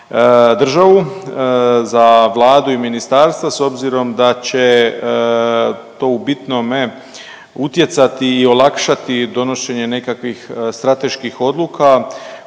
državu, za Vladu i ministarstva s obzirom da će to u bitnome utjecati i olakšati donošenje nekakvih strateških odluka